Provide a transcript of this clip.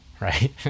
Right